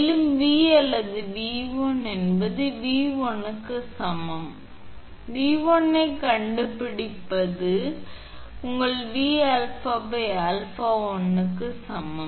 மேலும் V அல்லது 𝑉1 என்பது 𝑉1 க்கு சமம் just1 ஐ பிடிப்பது உங்கள் 𝑉𝛼𝛼 1 க்கு சமம்